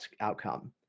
outcome